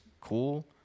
cool